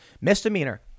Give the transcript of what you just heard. Misdemeanor